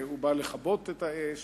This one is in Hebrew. והוא בא לכבות את האש,